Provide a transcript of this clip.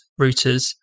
routers